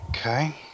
Okay